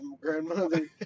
grandmother